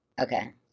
okay